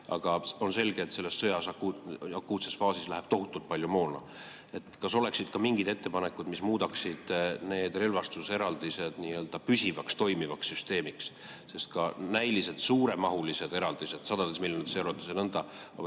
Aga on selge, et selle sõja akuutses faasis läheb tohutult palju moona. Kas on ka mingeid ettepanekuid, mis muudaksid need relvastuseraldised nii‑öelda püsivalt toimivaks süsteemiks? Võivad olla näiliselt suuremahulised eraldised, sadades miljonites eurodes ja nõnda,